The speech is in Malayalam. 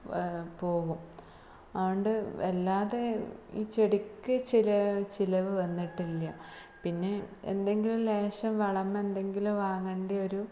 പോകും അതുകൊണ്ട് വല്ലാതെ ഈ ചെടിക്ക് ചെലവ് വന്നിട്ടില്ല പിന്നെ എന്തെങ്കിലും ലേശം വളം എന്തെങ്കിലും വാങ്ങേണ്ടിവരും